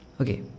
okay